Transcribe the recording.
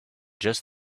just